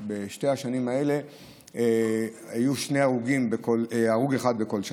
בשנתיים האלה היה הרוג אחד בכל שנה.